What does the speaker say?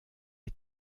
est